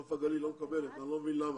נוף הגליל לא מקבלת ואני לא מבין למה.